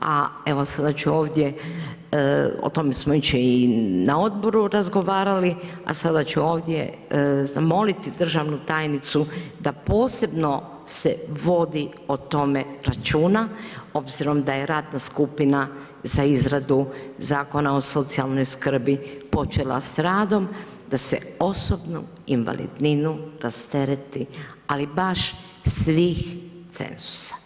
a evo sada ću ovdje, o tome smo jučer i na odboru razgovarali, a sad ću ovdje zamoliti državnu tajnicu da posebno se vodi o tome računa, obzirom da je radna skupina za izradu Zakona o socijalnoj skrbi počela s radom, da se osobnu invalidninu rastereti, ali baš svih cenzusa.